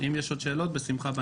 אם יש עוד שאלות, בשמחה בהמשך.